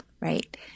right